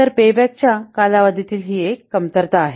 तर पेबॅकच्या कालावधीतील ही एक कमतरता आहे